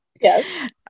Yes